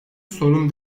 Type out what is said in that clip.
sorun